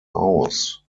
aus